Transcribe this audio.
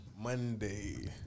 Monday